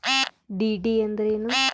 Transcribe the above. DD ಅಂದ್ರೇನು?